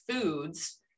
foods